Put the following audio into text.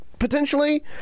potentially